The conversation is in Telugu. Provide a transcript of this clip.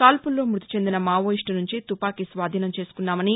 కాల్పుల్లో మృతి చెందిన మావోయిస్టు నుంచి తుపాకీ స్వాధీనం చేసుకున్నామని